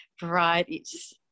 varieties